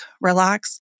relax